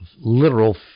literal